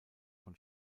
von